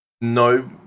no